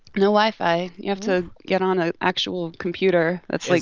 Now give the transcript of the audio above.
no wi-fi. you have to get on a actual computer that's, like